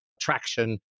traction